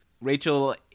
Rachel